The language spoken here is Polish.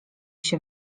się